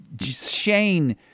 Shane